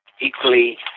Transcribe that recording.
equally